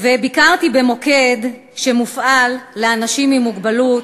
וביקרתי במוקד שמופעל לאנשים עם מוגבלות,